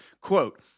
quote